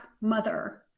mother